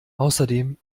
außerdem